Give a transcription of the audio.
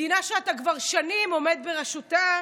מדינה שאתה כבר שנים עומד בראשותה,